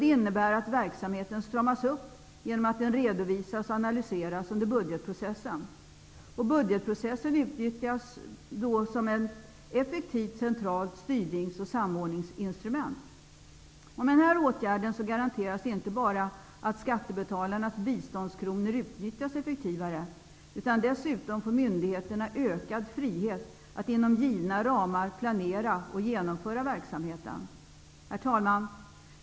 Det innebär att verksamheten stramas upp genom att den redovisas och analyseras under budgetprocessen. Budgetprocessen utnyttjas då som ett effektivt centralt styrnings och samordningsinstrument. Med denna åtgärd garanteras inte bara att skattebetalarnas biståndskronor utnyttjas effektivare, utan myndigheterna får också ökad frihet att inom givna ramar planera och genomföra verksamheten.